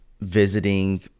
visiting